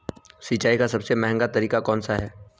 सिंचाई का सबसे महंगा तरीका कौन सा है?